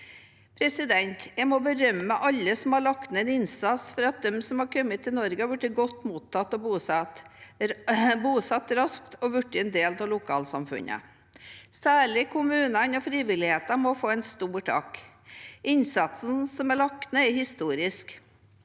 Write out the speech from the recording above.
mange. Jeg må berømme alle som har lagt ned en innsats for at dem som har kommet til Norge, har blitt godt mottatt, bosatt og raskt blitt en del av lokalsamfunnet. Særlig kommunene og frivilligheten må få en stor takk. Innsatsen som er lagt ned, er historisk.